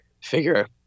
figure